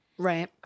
Right